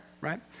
right